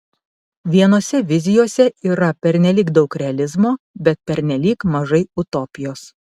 vienose vizijose yra pernelyg daug realizmo bet pernelyg mažai utopijos